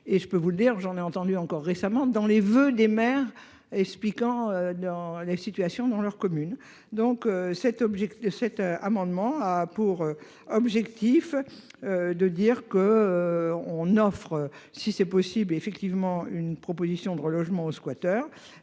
et je peux vous le dire, j'en ai entendu encore récemment dans les voeux des maires. Expliquant dans la situation dans leur commune, donc cet objectif de cet amendement a pour objectif. De dire que. On offre, si c'est possible, effectivement, une proposition de relogement aux squatters.